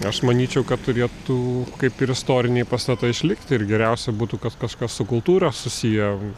aš manyčiau kad turėtų kaip ir istoriniai pastatai išlikti ir geriausia būtų kad kažkas su kultūra susiję